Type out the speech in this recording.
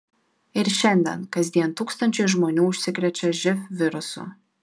ir šiandien kasdien tūkstančiai žmonių užsikrečia živ virusu